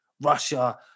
Russia